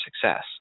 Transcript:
success